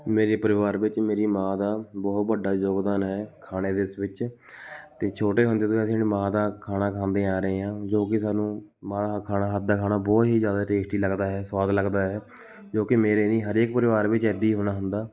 ਮੇਰੇ ਪਰਿਵਾਰ ਵਿੱਚ ਮੇਰੀ ਮਾਂ ਦਾ ਬਹੁਤ ਵੱਡਾ ਯੋਗਦਾਨ ਹੈ ਖਾਣੇ ਦੇ ਇਸ ਵਿੱਚ ਅਤੇ ਛੋਟੇ ਹੁੰਦੇ ਤੋਂ ਅਸੀਂ ਆਪਣੀ ਮਾਂ ਦਾ ਖਾਣਾ ਖਾਂਦੇ ਆ ਰਹੇ ਹਾਂ ਜੋ ਕਿ ਸਾਨੂੰ ਮਾਂ ਖਾਣਾ ਹੱਥ ਦਾ ਖਾਣਾ ਬਹੁਤ ਹੀ ਜ਼ਿਆਦਾ ਟੇਸਟੀ ਲੱਗਦਾ ਹੈ ਸੁਆਦ ਲੱਗਦਾ ਹੈ ਜੋ ਕਿ ਮੇਰੇ ਨਹੀਂ ਹਰ ਇੱਕ ਪਰਿਵਾਰ ਵਿੱਚ ਐਦੀ ਹੋਣਾ ਹੁੰਦਾ